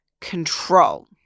control